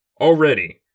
Already